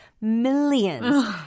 millions